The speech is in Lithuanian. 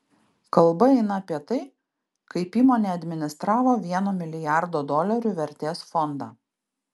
kalba eina apie tai kaip įmonė administravo vieno milijardo dolerių vertės fondą